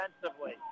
defensively